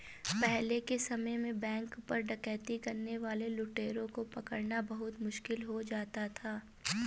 पहले के समय में बैंक पर डकैती करने वाले लुटेरों को पकड़ना बहुत मुश्किल हो जाता था